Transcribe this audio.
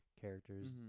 characters